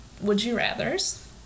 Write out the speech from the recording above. would-you-rathers